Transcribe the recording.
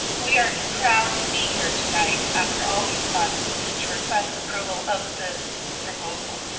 we are proud to be here tonight after all these months to request approval of this proposal.